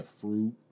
fruit